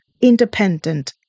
independent